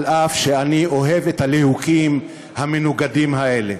אף שאני אוהב הליהוקים המנוגדים האלה.